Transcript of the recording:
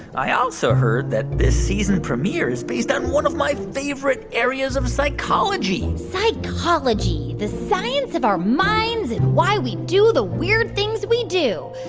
i also heard that this season premiere is based on one of my favorite areas of psychology psychology the science of our minds and why we do the weird things we do,